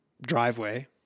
driveway